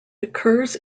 occurs